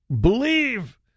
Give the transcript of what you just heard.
believe